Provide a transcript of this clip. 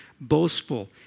boastful